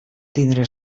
tindre